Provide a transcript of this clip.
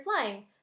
Flying